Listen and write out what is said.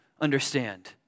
understand